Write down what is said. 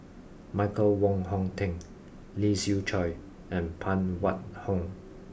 Michael Wong Hong Teng Lee Siew Choh and Phan Wait Hong